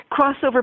crossover